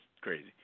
crazy